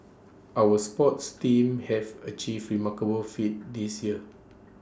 our sports teams have achieved remarkable feats this year